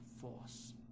force